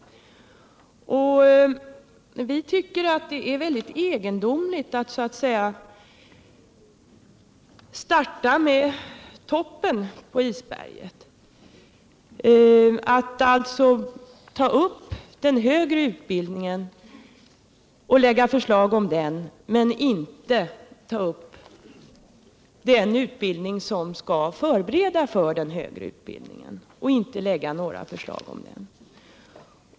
Vi tycker att det är egendomligt att starta med toppen på isberget — att ta upp den högre utbildningen och lägga förslag om den, men inte ta upp den utbildning som skall förbereda den högre utbildningen och lägga förslag om den.